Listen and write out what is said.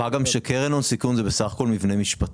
מה גם שקרן הון סיכון זה בסך הכל מבנה משפטי,